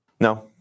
No